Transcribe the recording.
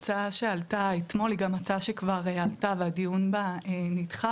ההצעה שעלתה אתמול היא גם הצעה שכבר עלתה והדיון בה נדחה.